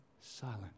silent